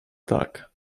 tak